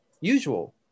usual